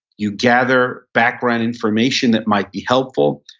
you gather background information that might be helpful.